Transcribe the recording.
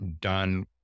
done